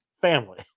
family